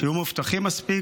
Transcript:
שיהיו מאובטחים מספיק.